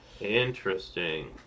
Interesting